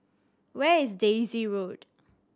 where is Daisy Road